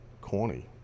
corny